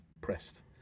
pressed